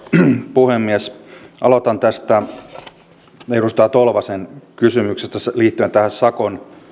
puhemies aloitan edustaja tolvasen kysymyksestä liittyen tähän sakon